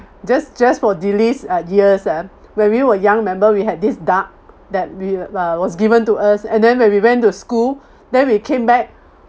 just just for delys Uh years ah when we were young remember we had this duck that we uh was given to us and then when we went to school then we came back